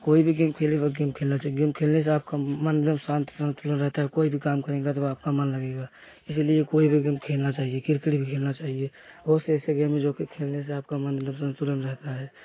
कोई भी गेम खेले पर गेम खेलना चाहिए गेम खेलने से आपका मन एक दम शांत संतुलन रहता है कोई भी काम करेंगे तो आपका मन लगेगा इसलिए कोई भी गेम खेलना चाहिए क्रिकेट भी खेलना चाहिए बहुत से ऐसे गेम हैं जो की खेलने से आपका मन एक दम संतुलन रहता है